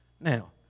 Now